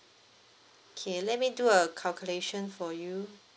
okay let me do a calculation for you